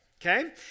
okay